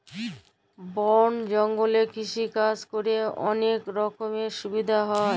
বল জঙ্গলে কৃষিকাজ ক্যরে অলক রকমের সুবিধা হ্যয়